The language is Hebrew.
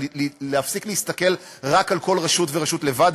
להפסיק להסתכל רק על כל רשות ורשות לבד,